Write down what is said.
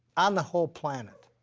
on the whole planet,